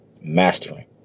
mastering